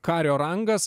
kario rangas